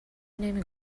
نمی